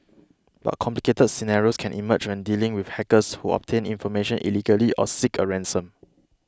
but complicated scenarios can emerge when dealing with hackers who obtain information illegally or seek a ransom